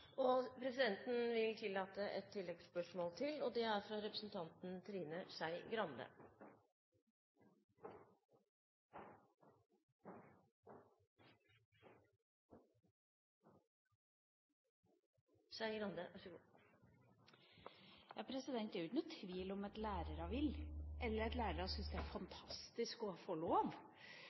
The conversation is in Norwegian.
Presidenten vil tillate enda et oppfølgingsspørsmål. Det er fra Trine Skei Grande. Det er jo ikke noen tvil om at lærere vil, eller at lærere syns det er fantastisk å få lov.